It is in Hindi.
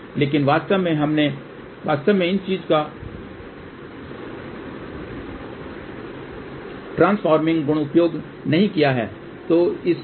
लेकिन वास्तव में हमने वास्तव में इस चीज़ का ट्रांसफॉर्मिंग गुण उपयोग नहीं किया है